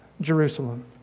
Jerusalem